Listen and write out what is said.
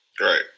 Right